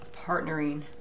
partnering